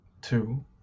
two